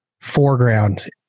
foreground